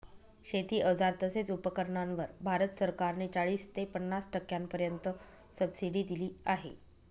शेती अवजार तसेच उपकरणांवर भारत सरकार ने चाळीस ते पन्नास टक्क्यांपर्यंत सबसिडी दिली आहे